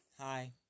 Hi